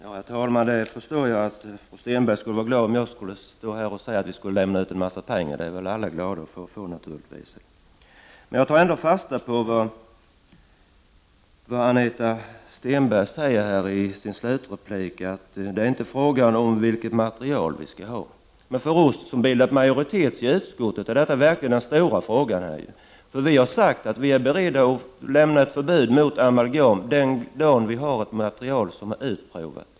Herr talman! Jag förstår att fru Stenberg skulle vara glad om jag stod här och sade att vi skulle dela ut en massa pengar; det är något som gläder alla. Jag tar ändå fasta på vad Anita Stenberg sade i sin slutreplik, nämligen att det inte är fråga om vilket material som skall användas. Men för oss som bildat majoritet i utskottet är detta verkligen den stora frågan i detta sammanhang. Vi har sagt att vi är beredda att utfärda ett förbud mot amalgam den dag det finns ett material som är utprovat.